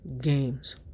games